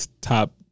top